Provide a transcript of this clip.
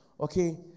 okay